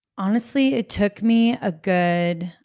honestly, it took me a good,